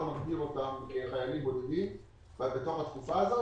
מגדיר כחיילים בודדים בתום התקופה הזאת.